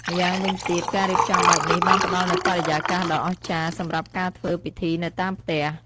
ម្យ៉ាងវិញទៀត ការរៀបចំបែបនេះបានផ្តល់នូវបរិយាកាសដ៏អស្ចារ្យសម្រាប់ការធ្វើពិធីនៅតាមផ្ទះ។